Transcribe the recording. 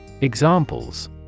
Examples